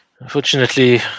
Unfortunately